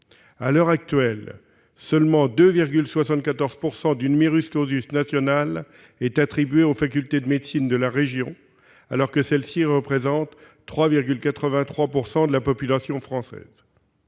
À l'heure actuelle, seulement 2,74 % du national est attribué aux facultés de médecine de la région, alors que celle-ci représente 3,83 % de la population française.